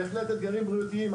בהחלט אתגרים בריאותיים,